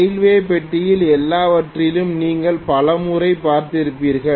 railway பெட்டியிலும் எல்லாவற்றிலும் நீங்கள் பலமுறை பார்த்திருப்பீர்கள்